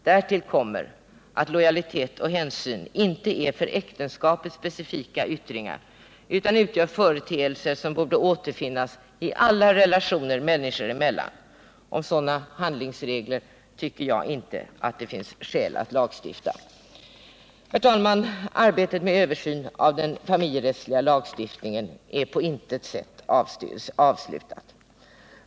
Därtill kommer att lojalitet och hänsyn inte är för äktenskapet specifika yttringar, utan utgör företeelser som borde återfinnas i alla relationer människor emellan. Om sådana allmänna handlingsregler tycker jag inte det finns skäl att lagstifta. Herr talman! Arbetet med översyn av den familjerättsliga lagstiftningen är på intet sätt avslutat.